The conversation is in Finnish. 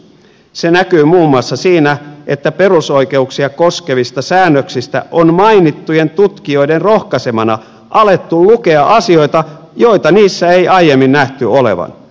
se näkyy muun muassa siinä että perusoikeuksia koskevista säännöksistä on mainittujen tutkijoiden rohkaisemana alettu lukea asioita joita niissä ei aiemmin nähty olevan